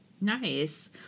Nice